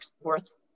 worth